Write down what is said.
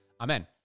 Amen